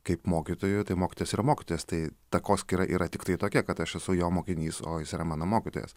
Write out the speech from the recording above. kaip mokytoju tai mokytojas yra mokytojas tai takoskyra yra tiktai tokia kad aš esu jo mokinys o jis yra mano mokytojas